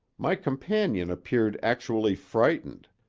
my companion appeared actually frightened,